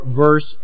verse